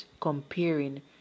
comparing